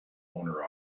owner